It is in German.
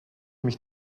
mich